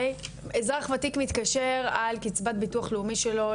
אזרח וותיק מתקשר על קצבת ביטוח לאומי שלו,